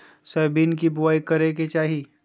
Soybean के बुआई कब करे के चाहि?